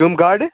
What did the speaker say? کَم گاڈٕ